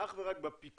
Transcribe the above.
אך ורק בפיקוח